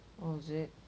oh is it